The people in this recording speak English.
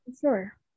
sure